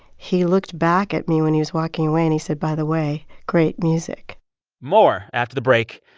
he looked back at me when he was walking away. and he said by the way, great music more after the break.